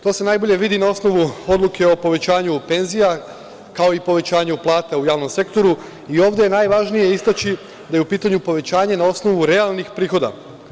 To se najbolje vidi na osnovu odluke o povećanju penzija, kao i povećanju plate u javnom sektoru i ovde je najvažnije istaći da je u pitanju povećanje na osnovu realnih prihoda.